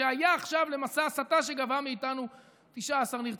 שהיה עכשיו למסע הסתה שגבה מאיתנו 19 נרצחים.